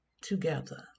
together